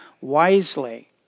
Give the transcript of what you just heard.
wisely